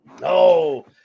No